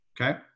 Okay